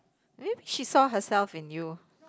maybe she saw herself in you